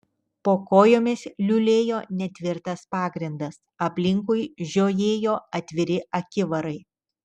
po kojomis liulėjo netvirtas pagrindas aplinkui žiojėjo atviri akivarai